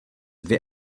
dvě